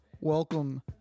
Welcome